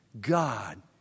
God